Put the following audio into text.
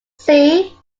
see